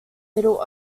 middle